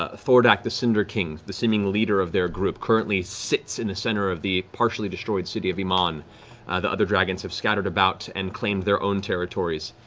ah thordak, the cinder king, the seeming leader of their group, currently sits in the center of the partially destroyed city of emon. the other dragons have scattered about and claimed their own territories.